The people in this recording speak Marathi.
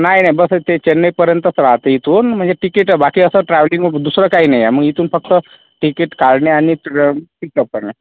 नाही नाही बसेस ते चेन्नईपर्यंतच राहते इथून म्हणजे तिकिट बाकी असं ट्रॅव्हलिंग वग दुसरं काही नाही आहे मग इथून फक्त तिकीट काढणे आणि पिकप करणे